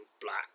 black